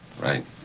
right